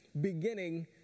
beginning